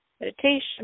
Meditation